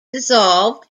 dissolved